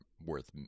worth